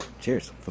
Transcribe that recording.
Cheers